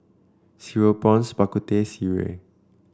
Cereal Prawns Bak Kut Teh Sireh